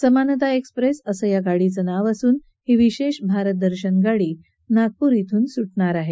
समानता एक्सप्रेस असं या गाडीचं नाव असून ही विशेष भारत दर्शन गाडी नागपूर ब्रून सुटणार आहे